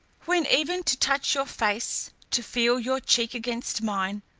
when even to touch your face, to feel your cheek against mine,